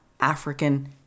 African